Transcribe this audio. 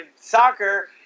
soccer